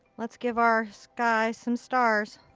let's give our sky some stars.